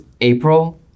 April